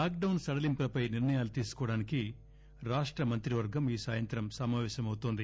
lock డౌస్ సడలింపులపై నిర్ణయాలు తీసుకోవడానికి రాష్ట మంత్రివర్గం ఈ సాయంత్రం సమాపేశమవుతోంది